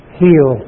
heal